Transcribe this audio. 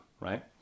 right